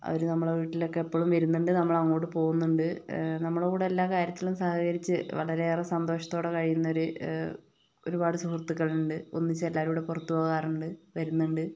അവര് നമ്മുടെ വീട്ടിലൊക്കെ എപ്പളും വരുന്നുണ്ട് നമ്മൾ അങ്ങോട്ട് പോകുന്നുണ്ട് നമ്മുടെ കൂടെ എല്ലാ കാര്യത്തിലും സഹകരിച്ച് വളരെയേറെ സന്തോഷത്തോടെ കഴിയുന്ന ഒരു ഒരുപാട് സുഹൃത്തുക്കളുണ്ട് ഒന്നിച്ച് എല്ലാരും കൂടെ പുറത്ത് പോവാറുണ്ട് വരുന്നുണ്ട്